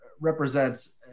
represents